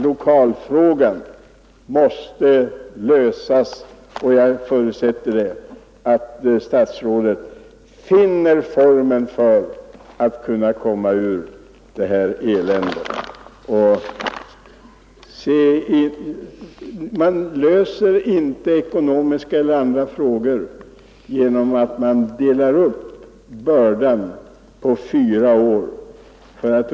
Lokalfrågan måste lösas. Jag förutsätter att statsrådet finner formen för att kunna komma ur det här eländet. Man löser inte ekonomiska eller andra frågor genom att dela upp bördan på fyra år.